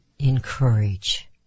encourage